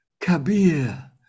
Kabir